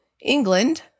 England